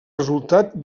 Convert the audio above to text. resultat